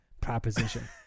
proposition